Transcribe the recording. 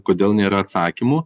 kodėl nėra atsakymų